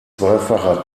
zweifacher